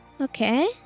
Okay